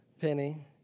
Penny